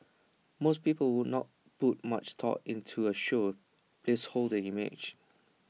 most people would not put much thought into A show's placeholder image